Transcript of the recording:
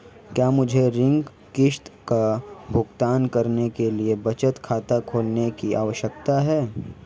क्या मुझे ऋण किश्त का भुगतान करने के लिए बचत खाता खोलने की आवश्यकता है?